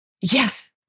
yes